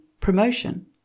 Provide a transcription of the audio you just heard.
promotion